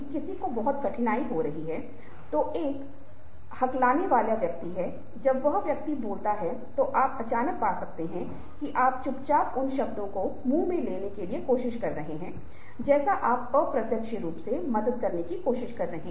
अब यहाँ अभ्यास और यह चौथी गतिविधि है दूसरी गतिविधि यहां है कि इसे बैक टू बैक करना है ताकि आपको टेलीफ़ोनिक वार्तालाप के लिए एक विचार मिले जहां अन्य सुराग गायब हैं और आपको अभी भी जानकारी को बनाए रखना है